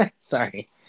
Sorry